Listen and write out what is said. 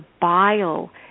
bile